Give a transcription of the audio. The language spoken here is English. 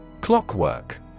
Clockwork